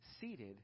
seated